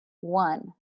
One